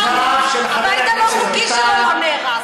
הבית הלא-חוקי שלו לא נהרס,